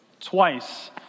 twice